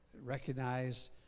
recognize